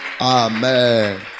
Amen